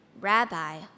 Rabbi